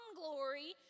glory